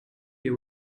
your